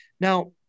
Now